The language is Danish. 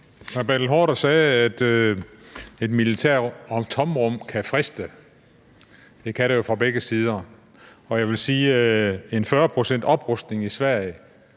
Hr. Bertel Haarder sagde, at et militært tomrum kan friste. Det kan det jo for begge sider. Og jeg vil sige, at en 40-procentsoprustning i Sverige